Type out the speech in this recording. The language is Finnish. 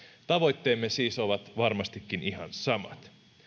tavoitteemme siis ovat varmastikin ihan samat